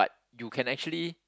you can actually